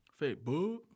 Facebook